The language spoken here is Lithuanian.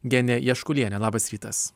genė jaškulienė labas rytas